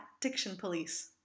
DictionPolice